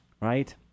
Right